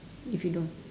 if you don't